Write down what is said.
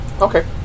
Okay